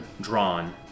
drawn